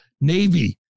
Navy